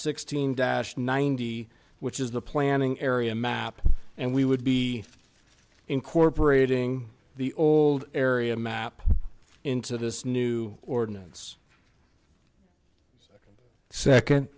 sixteen dash ninety which is the planning area map and we would be incorporating the old area map into this new ordinance second